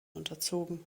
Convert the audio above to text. unterzogen